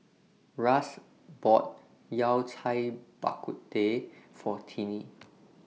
Russ bought Yao Cai Bak Kut Teh For Tiney